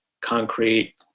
concrete